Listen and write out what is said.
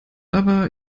aber